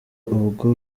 ubwo